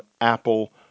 Apple